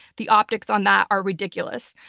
the optics on that are ridiculous.